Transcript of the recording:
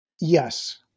Yes